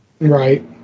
Right